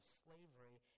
slavery